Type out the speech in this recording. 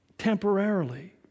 temporarily